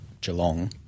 Geelong